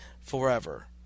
forever